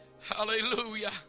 Hallelujah